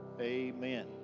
amen